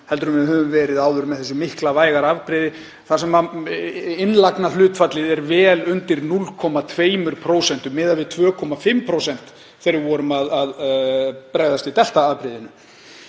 en við höfum verið áður, með þetta miklu vægara afbrigði þar sem innlagnahlutfallið er vel undir 0,2% miðað við 2,5% þegar við vorum að bregðast við delta-afbrigðinu.